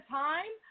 time